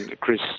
Chris